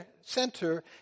center